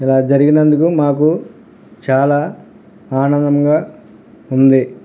ఇలా జరిగినందుకు మాకు చాలా ఆనందముగా ఉంది